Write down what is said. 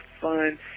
fun